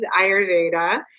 Ayurveda